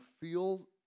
feel